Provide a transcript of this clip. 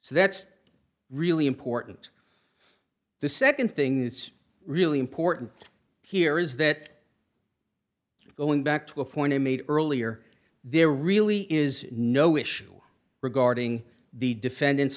so that's really important the nd thing that's really important here is that going back to a point i made earlier there really is no issue regarding the defendant's